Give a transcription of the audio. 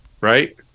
right